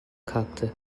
kalktı